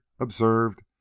observed